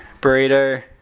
burrito